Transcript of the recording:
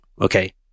okay